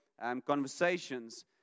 conversations